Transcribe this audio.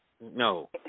No